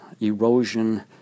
erosion